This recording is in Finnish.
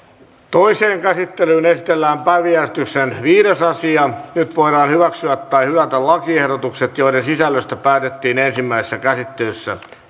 toiseen käsittelyyn esitellään päiväjärjestyksen viides asia nyt voidaan hyväksyä tai hylätä lakiehdotukset joiden sisällöstä päätettiin ensimmäisessä käsittelyssä